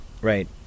right